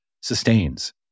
sustains